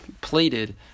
plated